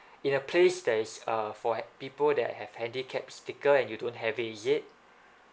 in a place that is uh for a people that have handicap sticker and you don't have is it